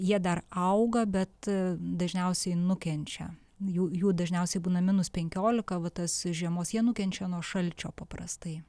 jie dar auga bet dažniausiai nukenčia jų jų dažniausiai būna minus penkiolika va tas žiemos jie nukenčia nuo šalčio paprastai